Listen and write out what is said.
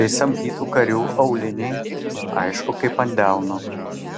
tai samdytų karių auliniai aišku kaip ant delno